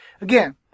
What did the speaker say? Again